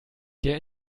der